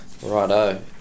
Righto